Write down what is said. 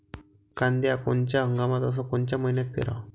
कांद्या कोनच्या हंगामात अस कोनच्या मईन्यात पेरावं?